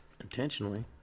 intentionally